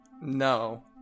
No